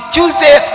Tuesday